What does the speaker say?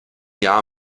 jahr